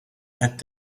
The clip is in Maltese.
qed